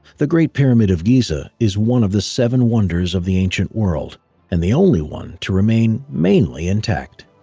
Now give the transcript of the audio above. the great pyramid of giza is one of the seven wonders of the ancient world and the only one to remain mainly intact.